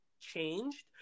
changed